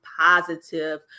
positive